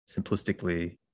simplistically